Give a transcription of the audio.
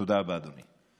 תודה רבה, אדוני.